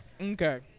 Okay